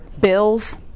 bills